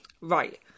Right